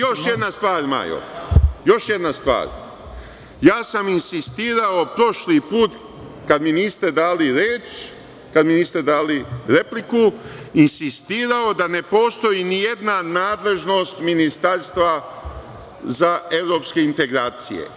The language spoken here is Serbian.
Još jedna stvar, Majo, ja sam insistirao prošli put, kada mi niste dali reč, kada mi niste dali repliku, da ne postoji ni jedna nadležnost ministarstva za evropske integracije.